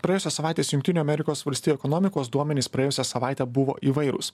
praėjusios savaitės jungtinių amerikos valstijų ekonomikos duomenys praėjusią savaitę buvo įvairūs